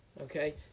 Okay